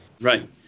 Right